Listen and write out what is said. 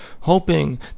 hoping